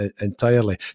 entirely